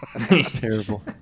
Terrible